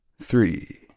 three